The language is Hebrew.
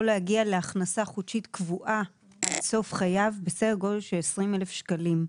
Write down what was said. יכול להגיע להכנסה חודשית קבועה עד סוף חייו של כ-20,000 שקלים.